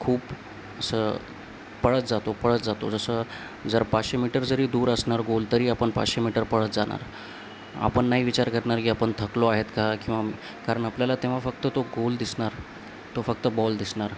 खूप असं पळत जातो पळत जातो जसं जर पाचशे मीटर जरी दूर असनार गोल तरी आपण पाचशे मीटर पळत जाणार आपण नाही विचार करणार की आपण थकलो आहेत का किंवा कारण आपल्याला तेव्हा फक्त तो गोल दिसणार तो फक्त बॉल दिसणार